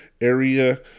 area